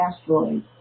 asteroids